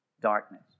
darkness